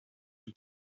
your